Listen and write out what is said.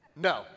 No